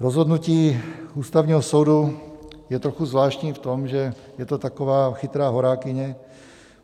Rozhodnutí Ústavního soudu je trochu zvláštní v tom, že je to taková chytrá horákyně,